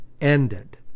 ended